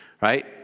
right